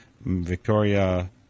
Victoria